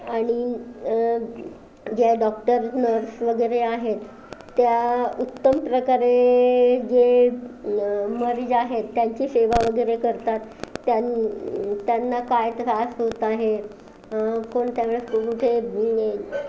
आणि ज्या doctor nurse वगैरे आहेत त्या उत्तम प्रकारे जे म मरीज आहेत त्यांची सेवा वगैरे करतात त्यांन त्यांना काय त्रास होत आहे कोणत्या व्यक्तींचे